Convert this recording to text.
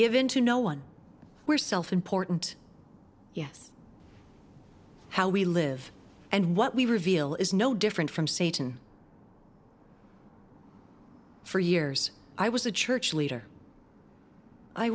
given to no one we're self important yes how we live and what we reveal is no different from satan for years i was a church leader i